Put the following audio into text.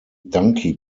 donkey